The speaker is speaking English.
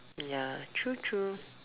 ya true true